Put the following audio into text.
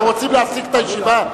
אתם רוצים להפסיק את הישיבה?